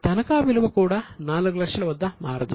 తనఖా విలువ కూడా 400000 వద్ద మారదు